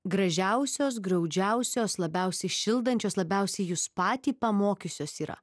gražiausios graudžiausios labiausiai šildančios labiausiai jus patį pamokiusios yra